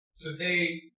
Today